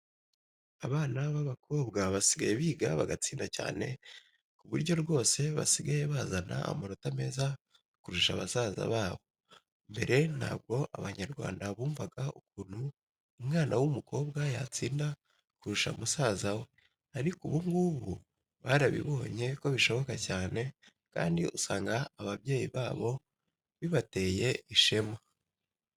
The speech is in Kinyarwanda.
Abana b'abakobwa basigaye biga bagatsinda cyane ku buryo rwose basigaye bazana amanota meza kurusha basaza babo. Mbere ntabwo Abanyarwanda bumvaga ukuntu umwana w'umukobwa yatsinda kurusha musaza we ariko ubu ngubu barabibonye ko bishoboka cyane kandi usanga ababyeyi babo bibateye ishema.